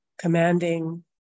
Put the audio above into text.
Commanding